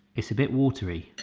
it's a bit watery.